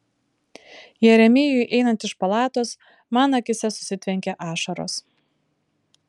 jeremijui einant iš palatos man akyse susitvenkė ašaros